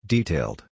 Detailed